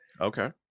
Okay